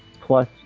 plus